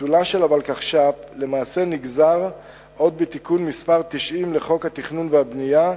ביטולה של הוולקחש"פ למעשה נגזר עוד בתיקון מס' 90 לחוק התכנון והבנייה,